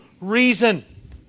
reason